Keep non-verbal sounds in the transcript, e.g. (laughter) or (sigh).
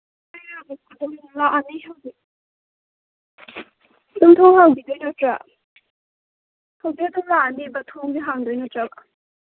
(unintelligible) ꯂꯥꯛꯑꯅꯤ ꯍꯧꯖꯤꯛ ꯑꯗꯨꯝ ꯊꯣꯡ ꯍꯥꯡꯕꯤꯗꯣꯏ ꯅꯠꯇ꯭ꯔꯥ ꯍꯧꯖꯤꯛ ꯑꯗꯨꯝ ꯂꯥꯛꯑꯅꯤꯕ ꯊꯣꯡꯁꯤ ꯍꯥꯡꯗꯣꯏ ꯅꯠꯇ꯭ꯔꯕ